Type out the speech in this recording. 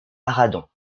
arradon